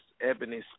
Ebony